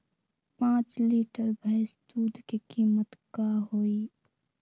पाँच लीटर भेस दूध के कीमत का होई?